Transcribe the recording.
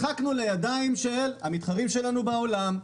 כך אנחנו נשחק לידיים של המתחרים שלנו בעולם,